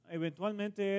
eventualmente